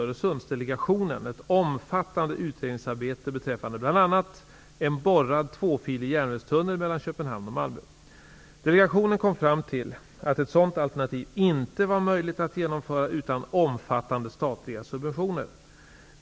Öresundsdelegationen ett omfattande utredningsarbete beträffande bl.a. en borrad tvåfilig järnvägstunnel mellan Köpenhamn och Malmö. Delegationen kom fram till att ett sådant alternativ inte var möjligt att genomföra utan omfattande statliga subventioner.